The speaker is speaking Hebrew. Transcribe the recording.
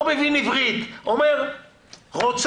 לא מבין עברית.